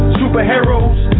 superheroes